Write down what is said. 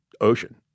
ocean